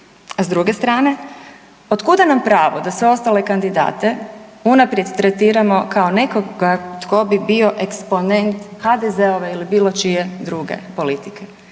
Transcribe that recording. s druge strane otkuda nam pravo da sve ostale kandidate unaprijed tretiramo kao nekoga tko bi bio eksponent HDZ-ove ili bilo čije druge politike?